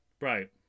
right